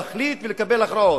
להחליט ולקבל הכרעות.